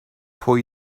pwy